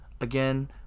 again